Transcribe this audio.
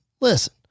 listen